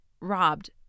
robbed